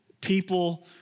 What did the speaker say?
people